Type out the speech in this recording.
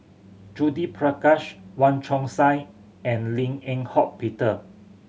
Judith Prakash Wong Chong Sai and Lim Eng Hock Peter